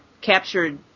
captured